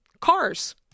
cars